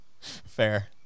fair